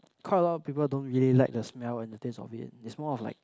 quite a lot of people don't really like the smell and the taste of it it's more of like